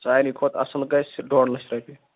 سارِوٕے کھۄتہٕ اصٕل گَژھِ ڈۅڈ لچھ رۄپیہِ